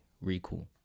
recall